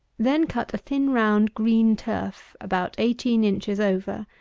then cut a thin round green turf, about eighteen inches over,